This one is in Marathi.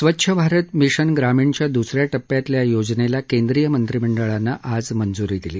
स्वच्छ भारत मिशन ग्रामीणच्या दुस या टप्प्यातल्या योजनेला केंद्रीय मंत्रिमंडळानं आज मंजूरी दिली